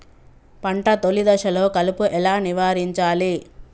పంట తొలి దశలో కలుపు ఎలా నివారించాలి?